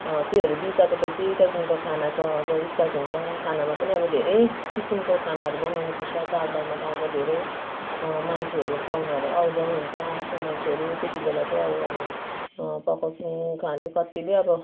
त्योहरू दिइसकेपछि त्यहाँदेखिको खानाको अब स्टार्ट हुन्छ खानामा पनि अब धेरै किसिमको खानाहरू बनाउनुपर्छ चाडबाडमा त अब धेरै मान्छेहरू पाहुनाहरू आउजाउ हुन्छ आफ्नो मान्छेहरू त्यति बेला चाहिँ अब हामी पकाउँछौँ खाने कतिले अब